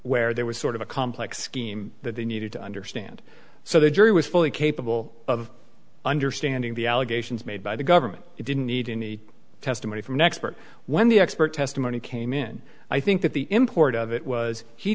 where there was sort of a complex scheme that they needed to understand so the jury was fully capable of understanding the allegations made by the government it didn't need any testimony from an expert when the expert testimony came in i think that the import of it was he